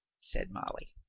said molly.